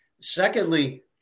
Secondly